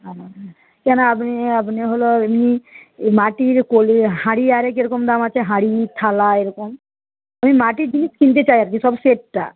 কেন আপনি আপনি হলো এমনি এই মাটির হাড়ি আরে কী রকম দাম আছে হাড়ি থালা এরকম আমি মাটির জিনিস কিনতে চাই আর কি সব সেটটা